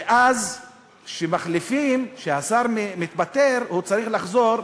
ואז כשמחליפים, כשהשר מתפטר, הוא צריך לחזור.